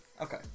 Okay